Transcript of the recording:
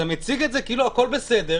אתה מציג את זה כאילו הכול בסדר,